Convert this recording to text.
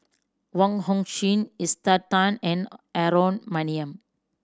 Wong Hong Suen Esther Tan and Aaron Maniam